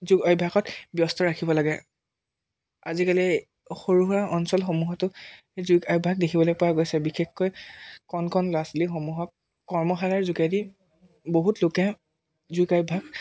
যোগ অভ্যাসত ব্যস্ত ৰাখিব লাগে আজিকালি সৰু সুৰা অঞ্চলসমূহতো যোগ অভ্যাস দেখিবলৈ পোৱা গৈছে বিশেষকৈ কণ কণ ল'ৰা ছোৱালীসমূহক কৰ্মশালাৰ যোগেদি বহুত লোকে যোগ অভ্যাস